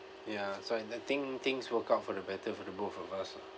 ya so I that think things work out for the better for the both of us